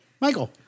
Michael